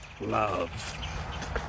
love